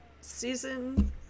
Season